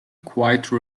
quite